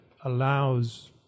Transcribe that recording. allows